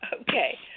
Okay